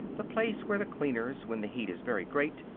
the place where the cleaners, when the heat is very great,